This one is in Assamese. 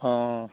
অঁ